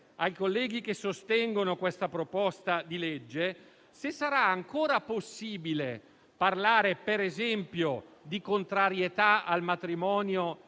ai colleghi che sostengono questa proposta di legge se sarà ancora possibile parlare, per esempio, di contrarietà al matrimonio